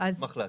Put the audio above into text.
נשמח להציג.